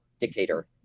dictator